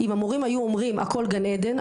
אם המורים היו אומרים - הכול גן עדן,